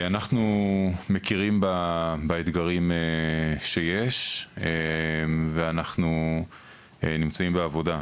אנחנו מכירים באתגרים שיש ואנחנו נמצאים בעבודה.